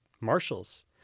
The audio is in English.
marshals